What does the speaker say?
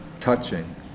touching